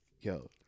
yo